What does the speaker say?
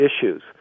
issues